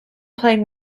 playing